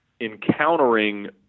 encountering